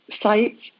sites